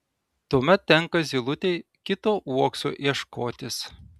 tuomet tenka zylutei kito uokso ieškotis